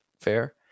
fair